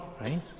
right